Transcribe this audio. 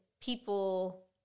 people